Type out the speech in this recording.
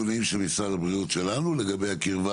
יש נתונים של משרד הבריאות שלנו לגבי הקירבה